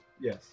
Yes